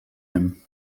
him